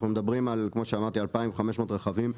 אנחנו מדברים על 2,500 רכבים.